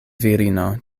virino